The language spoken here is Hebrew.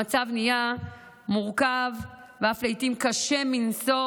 המצב נהיה מורכב ואף לעיתים קשה מנשוא,